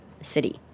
city